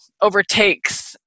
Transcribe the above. overtakes